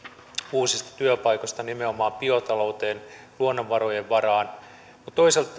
uusista työpaikoista nimenomaan biotalouteen luonnonvarojen varaan mutta toisaalta